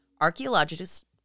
archaeologists